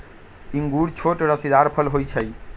इंगूर छोट रसीदार फल होइ छइ